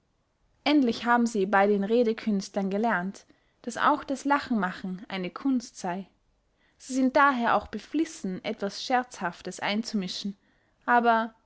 endlich haben sie bey den redekünstlern gelernt daß auch das lachenmachen eine kunst sey sie sind daher auch beflissen etwas scherzhaftes einzumischen aber